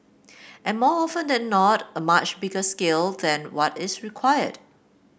and more often than not a much bigger scale than what is required